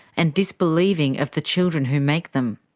and disbelieving of the children who make them.